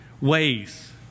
ways